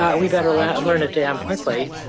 ah we better learn learn it damn quickly,